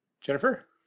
Jennifer